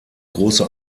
große